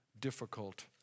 difficult